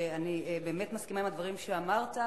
שאני באמת מסכימה עם הדברים שאמרת.